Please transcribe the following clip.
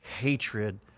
hatred